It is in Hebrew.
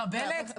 מחבלת?